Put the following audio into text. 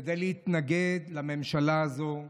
כדי להתנגד לממשלה הזאת.